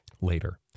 later